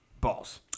balls